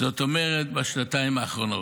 זאת אומרת, בשנתיים האחרונות.